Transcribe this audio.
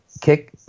kick